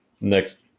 next